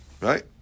Right